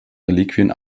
reliquien